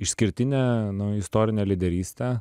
išskirtinę istorinę lyderystę